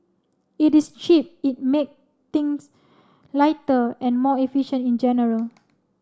it is cheap it make things lighter and more efficient in general